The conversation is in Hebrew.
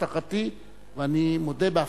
אני לא יכול,